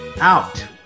out